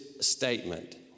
statement